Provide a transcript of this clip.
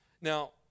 Now